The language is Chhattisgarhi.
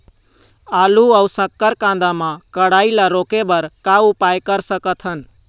आलू अऊ शक्कर कांदा मा कढ़ाई ला रोके बर का उपाय कर सकथन?